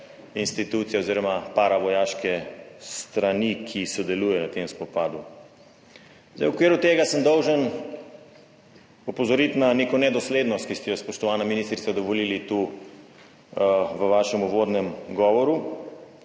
institucije oziroma paravojaške strani, ki sodelujejo v tem spopadu. Zdaj, v okviru tega sem dolžan opozoriti na neko nedoslednost, ki ste jo, spoštovana ministrica, dovolili tu v vašem uvodnem govoru,